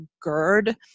GERD